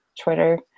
Twitter